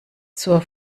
zur